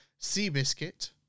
Seabiscuit